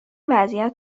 وضعیت